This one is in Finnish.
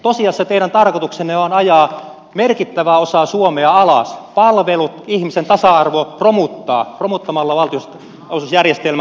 tosiasiassa teidän tarkoituksenne on ajaa merkittävä osa suomea alas palvelut ihmisen tasa arvo romuttaa romuttamalla valtionosuusjärjestelmän tasausjärjestelmä